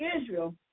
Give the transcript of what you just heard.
Israel